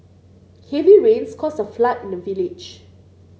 heavy rains caused a flood in the village